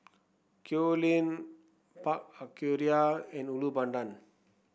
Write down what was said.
Kew Lane Park Aquaria and Ulu Pandan